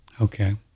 Okay